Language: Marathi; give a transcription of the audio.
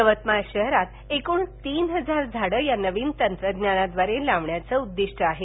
यवतमाळ शहरात एकूण तीन हजार झाडं या नवीन तंत्रज्ञानाद्वारे लावण्याचं उद्दिष्ट आहे